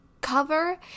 cover